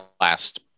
last